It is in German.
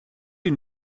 sie